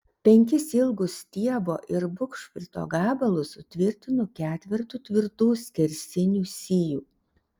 penkis ilgus stiebo ir bugšprito gabalus sutvirtinu ketvertu tvirtų skersinių sijų